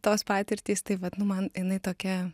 tos patirtys tai vat nu man jinai tokia